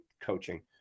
coaching